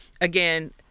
again